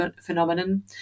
phenomenon